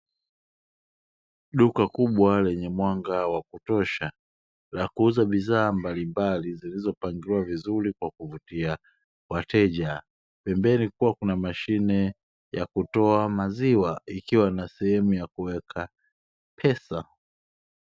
Duka kubwa lenye mwanga wa kutosha la kuuza bidhaa mbalimbali zilizopangiliwa vizuri kwa kuvutia wateja pembeni kukiwa kuna mashine ya kutoa maziwa ikiwa na sehemu ya kuweka pesa.